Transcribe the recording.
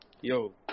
Yo